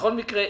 בכל מקרה,